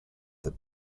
that